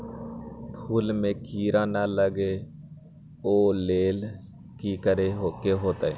फूल में किरा ना लगे ओ लेल कि करे के होतई?